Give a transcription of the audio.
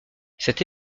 cette